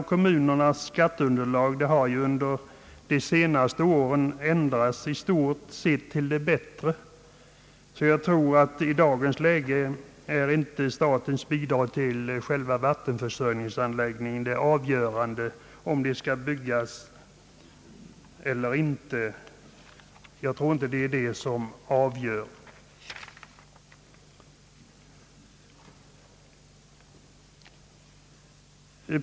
Kommunernas skatteunderlag har under de senaste åren i stort sett ändrats till det bättre. I dagens läge är inte ett statsbidrag till själva vattenförsörjningsanläggningen det avgörande för om man skall bygga eller inte.